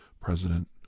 president